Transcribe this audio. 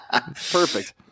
Perfect